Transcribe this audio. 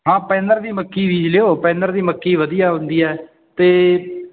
ਹਾਂ ਪੈਨਰ ਦੀ ਮੱਕੀ ਬੀਜ ਲਿਓ ਪੈਨਰ ਦੀ ਮੱਕੀ ਵਧੀਆ ਹੁੰਦੀ ਹੈ ਅਤੇ